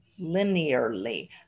linearly